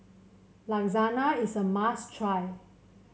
lasagna is a must try